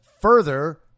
further